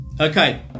Okay